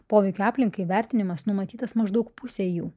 poveikio aplinkai vertinimas numatytas maždaug pusei jų